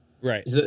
Right